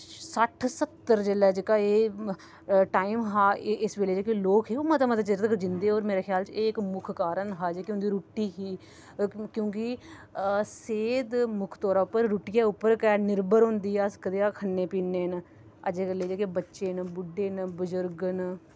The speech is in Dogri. सट्ठ सत्तर जेह्लै जेह्का एह् टाईम हा इस बेले जेह्के लोक हे ओह् मते मते चिर तगर जींदे हे होर मेरे ख्याल च एह् इक मुक्ख कारण हा जेह्की उंदी रुटटी ही क्योंकि सेहत मुक्ख तौरा उप्पर रुटटी उप्पर गै निर्भर होंदी ऐ अस कनेआ खने पीने न अजकल्ले दे जेह्के बच्चे न बुड्डे न बजुर्ग न